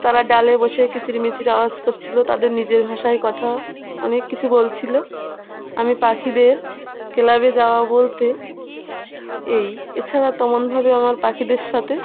তারা ডালে বসে কিচিরিমিচির আওয়াজ করছিল তাদের নিজের ভাষায় কথা অনেক কিছু বলছিল আমি পাখিদের ক্লাবে যাওয়া বলতে এই এছাড়া তোমনভাবে আমার পাখিদের সাথে